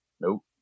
nope